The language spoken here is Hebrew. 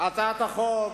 הצעת החוק